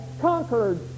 conquered